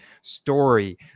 story